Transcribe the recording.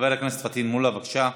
חבר הכנסת פטין מולא, בבקשה.